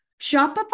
Shopify